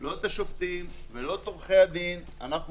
לא את השופטים ולא את עורכי הדין אלא אנחנו